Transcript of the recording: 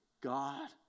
God